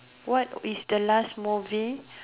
what is the last movie